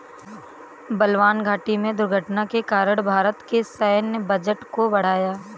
बलवान घाटी में दुर्घटना के कारण भारत के सैन्य बजट को बढ़ाया